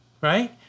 right